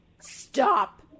stop